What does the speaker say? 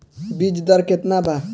बीज दर केतना बा?